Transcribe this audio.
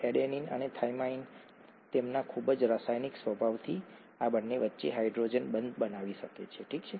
adenine અને thymine તેમના ખૂબ જ રાસાયણિક સ્વભાવથી આ બંને વચ્ચે હાઇડ્રોજન બંધ બનાવી શકે છે ઠીક છે